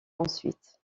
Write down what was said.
ensuite